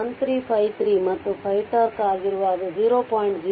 1353 ಮತ್ತು 5τ ಆಗಿರುವಾಗ 0